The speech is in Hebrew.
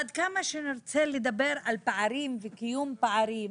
עד כמה שנרצה לדבר על פערים וקיום פערים,